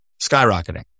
skyrocketing